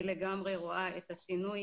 אני לגמרי רואה את השינוי